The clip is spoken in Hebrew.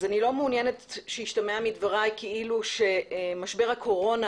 אני לא מעוניינת שישתמע מדבריי כאילו משבר הקורונה